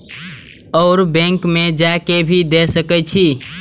और बैंक में जा के भी दे सके छी?